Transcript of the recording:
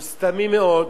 הוא סתמי מאוד,